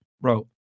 Bro